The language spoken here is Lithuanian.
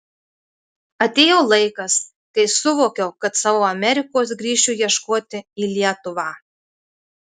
atėjo laikas kai suvokiau kad savo amerikos grįšiu ieškoti į lietuvą